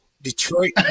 Detroit